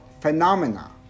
phenomena